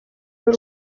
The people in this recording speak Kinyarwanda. n’u